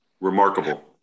remarkable